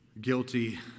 guilty